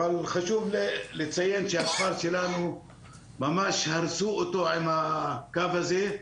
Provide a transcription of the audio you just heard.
אבל חשוב לציין שממש הרסו את הכפר שלנו עם הקו הזה.